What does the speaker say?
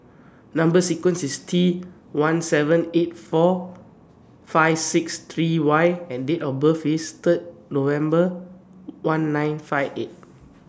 Number sequence IS T one seven eight four five six three Y and Date of birth IS Third November one nine five eight